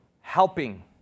helping